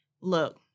Look